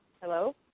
Hello